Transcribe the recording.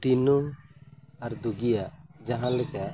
ᱫᱩᱤᱱᱩ ᱟᱨ ᱫᱩᱜᱤᱭᱟᱜ ᱡᱟᱦᱟᱸ ᱞᱮᱠᱟ